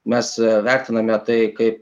mes vertiname tai kaip